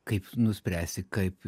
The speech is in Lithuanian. kaip nuspręsi kaip